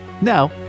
Now